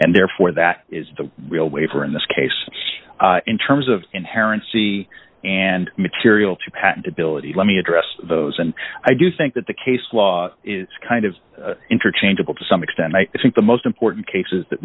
and therefore that is the real way for in this case in terms of inherent c and material to patentability let me address those and i do think that the case law is kind of interchangeable to some extent i think the most important cases that